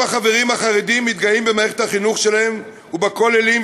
גם החברים החרדים מתגאים במערכת החינוך שלהם ובכוללים,